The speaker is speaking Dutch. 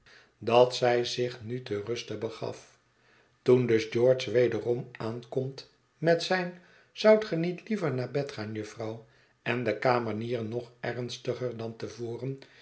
dat zij zich nu te rust begaf toen dus george wederom aankomt met zijn zoudt ge niet liever naar bed gaan jufvrouw en de kamenier nog ernstiger dan te voren